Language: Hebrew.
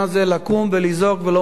לקום ולזעוק ולומר,